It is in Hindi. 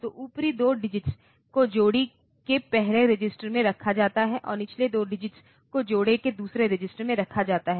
तो ऊपरी 2 डिजिट्स को जोड़ी के पहले रजिस्टर में रखा जाता है और निचले 2 डिजिट्स को जोड़े के दूसरे रजिस्टर में रखा जाता है